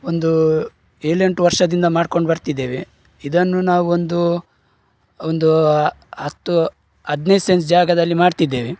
ಒಂದೂ ಏಳೆಂಟು ವರ್ಷದಿಂದ ಮಾಡ್ಕೊಂಡು ಬರ್ತಿದ್ದೇವೆ ಇದನ್ನು ನಾವೊಂದು ಒಂದೂ ಹತ್ತು ಹದ್ನೈದು ಸೆನ್ಸ್ ಜಾಗದಲ್ಲಿ ಮಾಡ್ತಿದ್ದೇವೆ